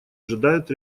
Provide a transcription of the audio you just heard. ожидают